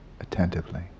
attentively